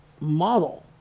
model